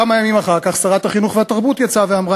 כמה ימים אחר כך שרת החינוך והתרבות יצאה ואמרה